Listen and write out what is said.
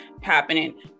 happening